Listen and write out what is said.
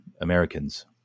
Americans